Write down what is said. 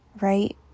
right